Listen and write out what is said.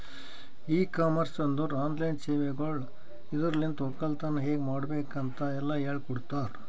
E commerce ಅಂದುರ್ online ಸೇವೆಗೊಳ್ ಇದುರಲಿಂತ್ ಒಕ್ಕಲತನ ಹೇಗ್ ಮಾಡ್ಬೇಕ್ ಅಂತ್ ಎಲ್ಲಾ ಹೇಳಕೊಡ್ತಾರ್